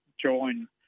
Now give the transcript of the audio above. join